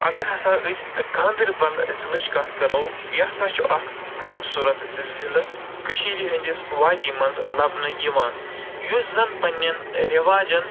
اَگر ہَسا أسۍ گاندَربَل ضِلعٕچ کَتھ کَرَو یہِ ہَسا چھِ اَکھ خوٗبصوٗرَت ضلعہٕ کٔشیٖرِ ہٕنٛدِس وادی منٛز لَبنہٕ یِوان یُس زَنہٕ پَنٛنیٚن رِواجَن